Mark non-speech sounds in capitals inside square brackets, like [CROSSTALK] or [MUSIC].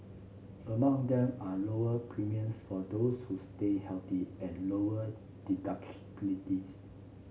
among them are lower premiums for those who stay healthy and lower [UNINTELLIGIBLE]